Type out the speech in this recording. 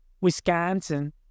Wisconsin